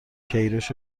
کیروش